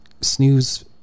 snooze